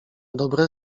dobre